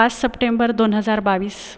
पाच सप्टेंबर दोन हजार बावीस